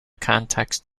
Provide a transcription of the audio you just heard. context